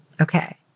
Okay